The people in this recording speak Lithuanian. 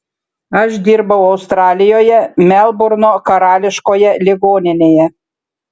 aš dirbau australijoje melburno karališkoje ligoninėje